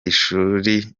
ishuri